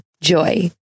Joy